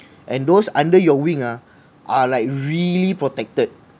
and those under your wing ah are like really protected